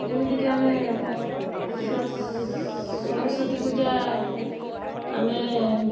ଯେମିତି କି ଆମେ ସରସ ସରସ୍ୱତୀ ପୂଜା ଆମେ